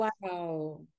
wow